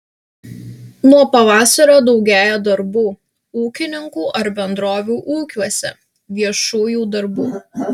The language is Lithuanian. nuo pavasario daugėja darbų ūkininkų ar bendrovių ūkiuose viešųjų darbų